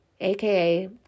AKA